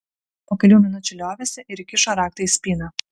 po kelių minučių liovėsi ir įkišo raktą į spyną